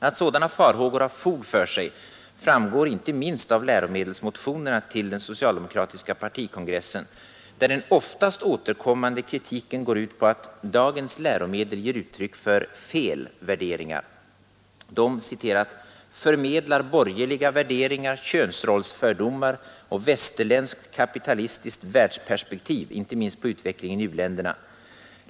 Att sådana farhågor har fog för sig framgår inte minst av läromedelsmotionerna till den socialdemokratiska partikongressen, där den oftast återkommande kritiken går ut på att dagens läromedel ger uttryck för ”fel” värderingar. De ”förmedlar borgerliga värderingar, könsrollsfördomar och västerländskt kapitalistiskt världsperspektiv, inte minst på utvecklingen i u-länderna.